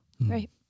Right